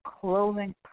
clothing